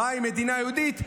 מה עם מדינה יהודית?